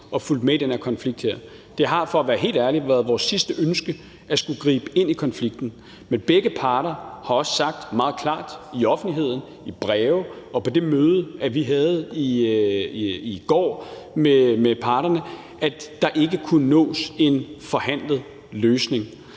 og fulgt med i den her konflikt. Det har for at være helt ærlig været vores sidste ønske at skulle gribe ind i konflikten, men begge parter har også sagt meget klart i offentligheden, i breve og på det møde, vi havde med parterne i går, at der ikke kunne nås en forhandlet løsning.